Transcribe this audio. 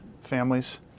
families